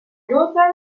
luther